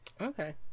Okay